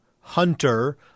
hunter